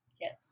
yes